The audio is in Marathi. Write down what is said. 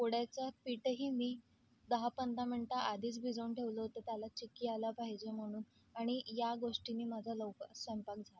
पोळ्याचं पीठही मी दहा पंधरा मिनटं आधीच भिजवून ठेवलं होतं त्याला चिक्की आल्या पाहिजे म्हणून आणि या गोष्टींनी माझा लवकर स्वयंपाक झाला